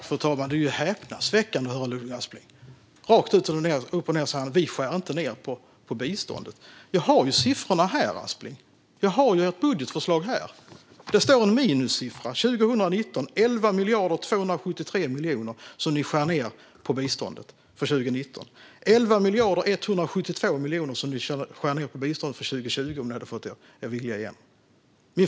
Fru talman! Det är häpnadsväckande att höra på Ludvig Aspling. Rakt upp och ned säger han att Sverigedemokraterna inte skär ned på biståndet. Jag har här i min hand ert budgetförslag och siffrorna. Det står en minussiffra för 2019, nämligen 11,273 miljarder som ni skär ned på biståndet. 11,172 miljarder skulle ni skära ned på biståndet för 2020, om ni hade fått er vilja igenom.